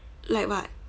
like what